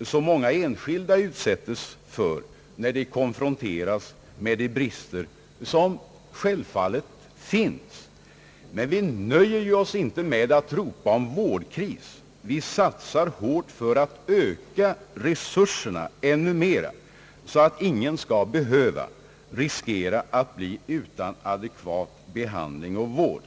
som många enskilda kan utsättas för, när de konfronteras med brister som självfallet finns. Men vi nöjer oss ju inte med att ropa om vårdkris. Vi satsar hårt för att öka resurserna ännu mera, så att ingen skall behöva riskera att bli utan adekvat behandling och vård.